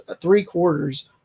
three-quarters